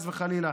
חס וחלילה.